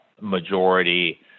majority